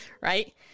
right